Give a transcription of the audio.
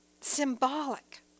symbolic